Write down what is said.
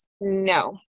no